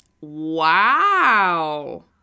Wow